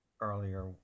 earlier